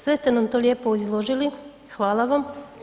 Sve ste nam to lijepo izložili, hvala vam.